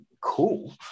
cool